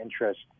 interest